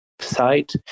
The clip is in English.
site